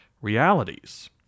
realities